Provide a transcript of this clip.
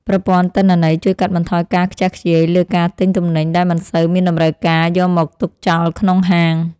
ប្រព័ន្ធទិន្នន័យជួយកាត់បន្ថយការខ្ជះខ្ជាយលើការទិញទំនិញដែលមិនសូវមានតម្រូវការយកមកទុកចោលក្នុងហាង។